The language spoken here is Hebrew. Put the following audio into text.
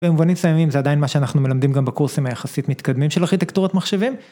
במובנים מסויימים זה עדיין מה שאנחנו מלמדים גם בקורסים היחסית מתקדמים של ארכיטקטורת מחשבים.